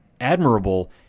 admirable